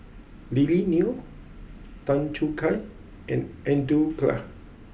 Lily Neo Tan Choo Kai and Andrew Clarke